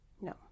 no